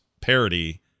parody